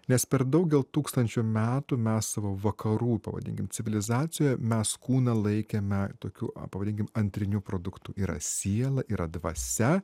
nes per daugel tūkstančių metų mes savo vakarų pavadinkim civilizacijoje mes kūną laikėme tokiu pavadinkime antriniu produktu yra siela yra dvasia